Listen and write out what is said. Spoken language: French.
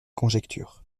conjectures